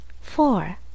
Four